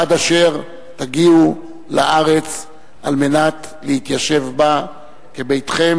עד אשר תגיעו לארץ על מנת להתיישב בה כבביתכם,